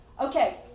Okay